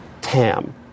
TAM